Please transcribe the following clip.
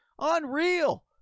Unreal